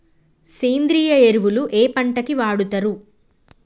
సేంద్రీయ ఎరువులు ఏ పంట కి వాడుతరు?